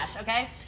okay